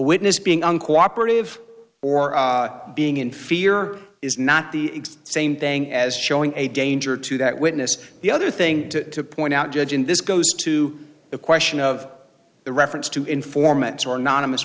witness being uncooperative or being in fear is not the same thing as showing a danger to that witness the other thing to point out judge in this goes to the question of the reference to informants who are not